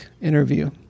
interview